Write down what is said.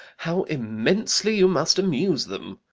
how immensely you must amuse them!